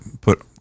put